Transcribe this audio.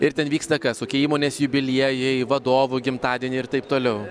ir ten vyksta kas kokie įmonės jubiliejai vadovų gimtadieniai ir taip toliau